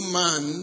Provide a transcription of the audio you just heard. man